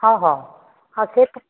ହଁ ହଁ ହଁ ସେ ତ